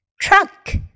Truck